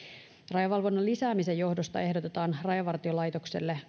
rajavalvonnan lisäämisen johdosta ehdotetaan rajavartiolaitokselle